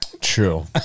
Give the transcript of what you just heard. True